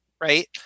right